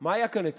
מה היה כאן אתמול?